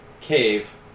cave